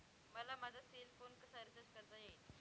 मला माझा cell phone कसा रिचार्ज करता येईल?